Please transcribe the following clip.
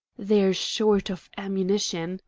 they're short of ammunition,